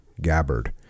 Gabbard